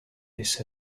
this